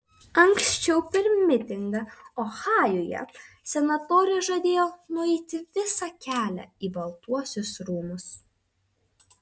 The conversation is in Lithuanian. anksčiau per mitingą ohajuje senatorė žadėjo nueiti visą kelią į baltuosius rūmus